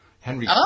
Henry